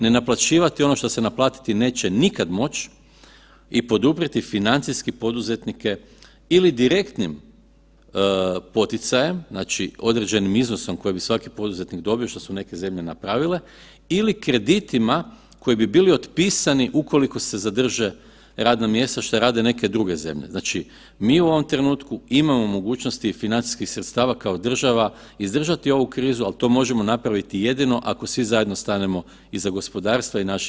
Ne naplaćivati ono što se naplatiti neće nikad moći i poduprijeti financijski poduzetnike ili direktnim poticajem, znači, određenim iznosom koji bi svaki poduzetnik dobio, što su neke zemlje i napravile, ili kreditima koji bi bili otpisani ukoliko se zadrže radna mjesta, što rade neke druge zemlje. znači mi u ovom trenutku imamo mogućnosti i financijskih sredstava kao država izdržati ovu krizu, ali to možemo napraviti jedino ako svi zajedno stanemo iza gospodarstva i naših sugrađana.